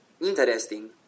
Interesting